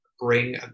bring